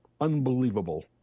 unbelievable